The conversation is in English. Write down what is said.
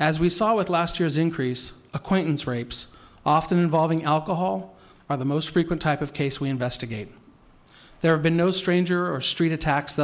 as we saw with last year's increase acquaintance rapes often involving alcohol are the most frequent type of case we investigate there have been no stranger or street attacks